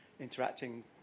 interacting